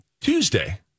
Tuesday